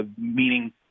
meaning